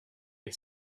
est